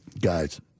Guys